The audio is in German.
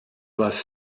was